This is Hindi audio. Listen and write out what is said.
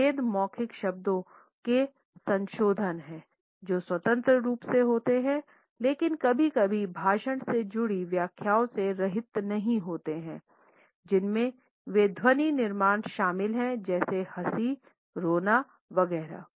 विभेद मौखिक शब्दों के संशोधन हैं जो स्वतंत्र रूप से होते हैंलेकिन कभी भी भाषा से जुड़ी व्याख्याओं से रहित नहीं होते हैं जिसमें वे ध्वनि निर्माण शामिल हैं जैसे हँसी रोना वगैरह